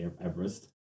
Everest